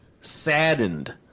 saddened